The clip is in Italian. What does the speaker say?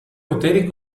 poteri